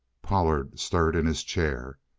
pollard stirred in his chair.